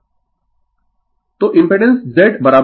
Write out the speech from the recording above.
Refer slide Time 2226 तो impedance Z X 0